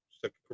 second